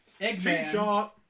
Eggman